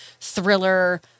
thriller